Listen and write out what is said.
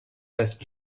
besten